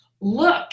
look